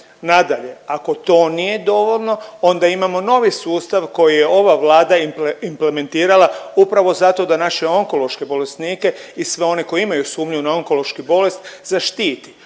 Nadalje, ako to nije dovoljno onda imamo novi sustav koji je ova Vlada implementirala upravo zato da naše onkološke bolesnike i sve one koji imaju sumnju na onkološku bolest zaštiti,